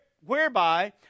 whereby